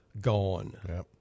gone